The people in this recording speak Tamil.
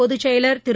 பொதுச் செயலர் திரு